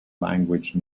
language